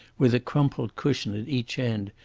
with a crumpled cushion at each end,